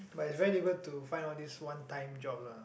but it's very difficult to find all these one time job lah